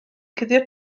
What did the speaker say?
cuddio